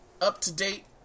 up-to-date